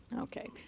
Okay